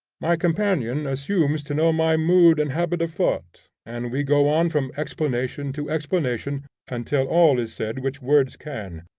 my companion assumes to know my mood and habit of thought, and we go on from explanation to explanation until all is said which words can,